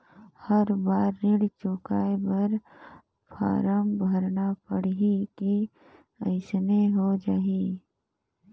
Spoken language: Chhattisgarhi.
हर बार ऋण चुकाय बर फारम भरना पड़ही की अइसने हो जहीं?